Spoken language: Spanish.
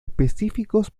específicos